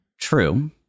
True